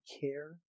care